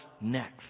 next